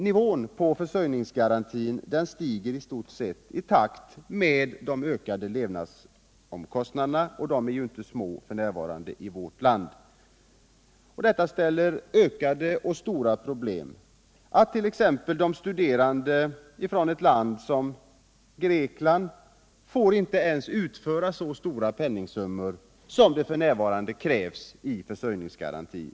Nivån på försörjningsgarantin stiger i stort sett i samma takt som levnadskostnaderna ökar, och de är f. n. inte låga i vårt land. Detta skapar ökade problem särskilt för dem som kommer från vissa länder, t.ex. Grekland, varifrån man inte får utföra så stora penningsummor = Nr 113 som f. n. krävs i försörjningsgarantin.